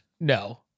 No